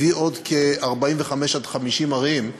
הביא עוד 45 50 ערים,